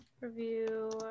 Review